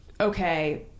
okay